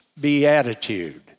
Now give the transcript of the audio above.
beatitude